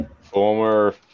Former